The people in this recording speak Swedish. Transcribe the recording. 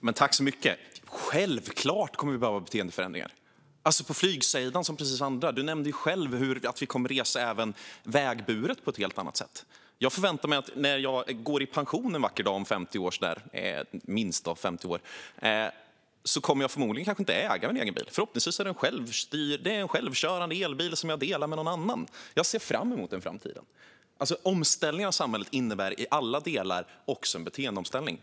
Fru talman! Självklart kommer vi att behöva beteendeförändringar på flygsidan precis som på andra. Lorentz Tovatt nämnde själv att vi kommer att resa även på väg på ett helt annat sätt. Jag förväntar mig att när jag går i pension en vacker dag, om minst 50 år, kommer jag förmodligen inte att äga en egen bil. Förhoppningsvis är det en självkörande elbil som jag delar med någon annan. Jag ser fram emot den framtiden. Omställningen av samhället innebär i alla delar också en beteendeomställning.